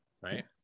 Right